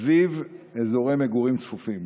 וסביבו אזורי מגורים צפופים.